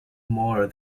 more